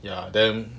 ya then